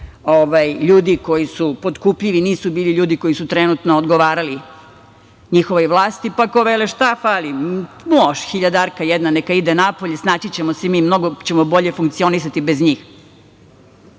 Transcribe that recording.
ljudi koji su potkupljivi, nisu bili ljudi koji su trenutno odgovarali njihovoj vlasti, pa ko vele, šta fali, može, hiljadarka jedna neka ide napolje, snaći ćemo se mi, mnogo ćemo bolje funkcionisati bez njih. Te